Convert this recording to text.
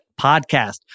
podcast